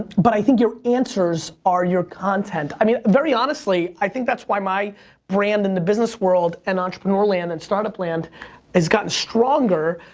but i think your answers are your content. i mean, very honestly, i think that's why my brand in the business world and entrepreneur land and startup land has gotten stronger,